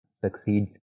succeed